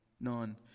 none